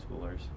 schoolers